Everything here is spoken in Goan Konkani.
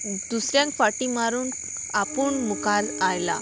दुसऱ्यांक फाटीं मारून आपूण मुखार आयला